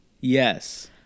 Yes